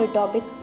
topic